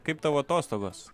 kaip tavo atostogos